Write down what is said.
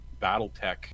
Battletech